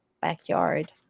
backyard